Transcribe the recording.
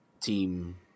team